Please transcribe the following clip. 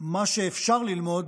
מה שאפשר ללמוד